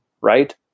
Right